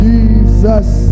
Jesus